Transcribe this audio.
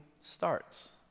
starts